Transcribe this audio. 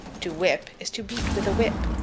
to whip is to beat with a whip.